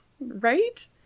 right